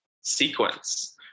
sequence